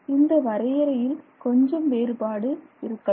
இந்த வரையறையில் கொஞ்சம் வேறுபாடு இருக்கலாம்